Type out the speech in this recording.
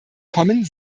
kommen